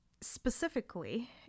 specifically